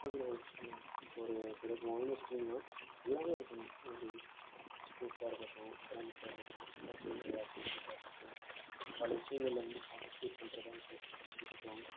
அதில் ஒரு ஒரு சிறப்பு வாய்ந்த ஸ்கூல்ன்னா எல்லாமே இருக்கணும் ஒரு ஸ்போர்ட்ஸாக இருக்கட்டும் அகாடமிஸாக இருக்கட்டும் எக்ஸ்ட்ராக கரிக்குலர் ஆக்டிவிட்டிஸாக இருக்கட்டும் பல விஷயங்களில் வந்து பார்ட்டிசிபேட் பண்ணுறதா இருக்கட்டும்